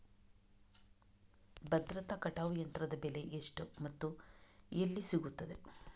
ಭತ್ತದ ಕಟಾವು ಯಂತ್ರದ ಬೆಲೆ ಎಷ್ಟು ಮತ್ತು ಎಲ್ಲಿ ಸಿಗುತ್ತದೆ?